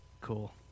Cool